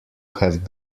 have